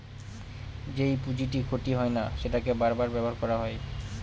যেই পুঁজিটি ক্ষতি হয় না সেটাকে বার বার ব্যবহার করা হয়